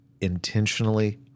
intentionally